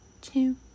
two